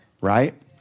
right